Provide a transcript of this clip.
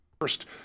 First